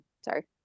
sorry